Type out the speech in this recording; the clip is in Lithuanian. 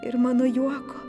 ir mano juoko